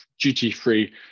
duty-free